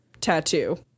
tattoo